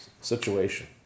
situation